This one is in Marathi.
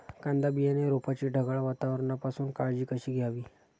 कांदा बियाणे रोपाची ढगाळ वातावरणापासून काळजी कशी घ्यावी?